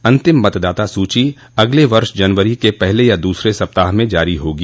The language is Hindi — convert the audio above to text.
अंतिम मतदाता सूची अगले वर्ष जनवरी के पहले या दूसरे सप्ताह में जारी होगी